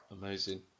Amazing